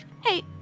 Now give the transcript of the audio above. Hey